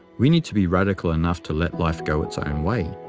we need to be radical enough to let life go its own way.